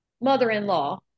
mother-in-law